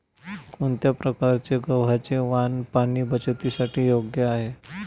कोणत्या प्रकारचे गव्हाचे वाण पाणी बचतीसाठी योग्य आहे?